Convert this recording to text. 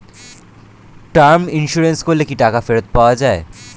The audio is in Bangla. টার্ম ইন্সুরেন্স করলে কি টাকা ফেরত পাওয়া যায়?